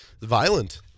Violent